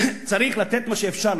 צריך לתת מה שאפשר.